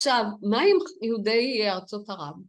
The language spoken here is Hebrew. ‫עכשיו, מה אם יהודי ארצות ערב?